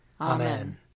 Amen